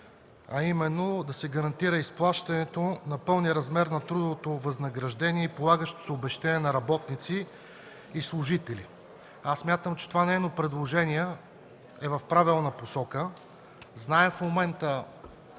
а именно – да се гарантира изплащането на пълния размер на трудовото възнаграждение и полагащото се обезщетение на работници и служители. Смятам, че това нейно предложение е в правилна посока. Знаем в момента